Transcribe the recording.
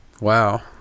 Wow